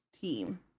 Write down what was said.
team